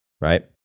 right